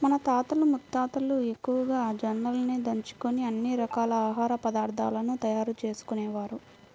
మన తాతలు ముత్తాతలు ఎక్కువగా జొన్నలనే దంచుకొని అన్ని రకాల ఆహార పదార్థాలను తయారు చేసుకునేవారు